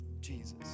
Jesus